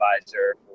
advisor